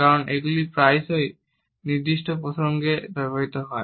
কারণ এগুলি প্রায়শই নির্দিষ্ট প্রসঙ্গে ব্যবহৃত হয়